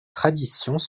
traditions